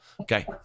okay